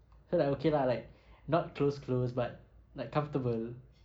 so like okay lah like not close close but like comfortable